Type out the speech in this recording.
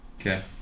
okay